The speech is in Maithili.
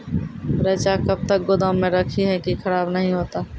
रईचा कब तक गोदाम मे रखी है की खराब नहीं होता?